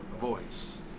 voice